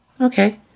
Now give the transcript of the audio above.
Okay